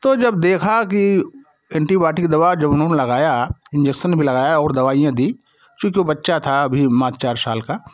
तो जब देखा की एंटीबाइटिक दवा जो उन्होंने लगाया इंजेक्सन भी लगाया और दवाईयाँ दी चूँकि वो बच्चा था अभी मात्र चार साल का